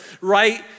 right